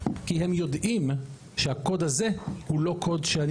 כי הם יודעים שהקוד הזה הוא לא קוד שאני